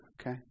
Okay